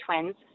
twins